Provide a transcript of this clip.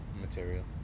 Material